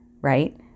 right